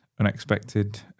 unexpected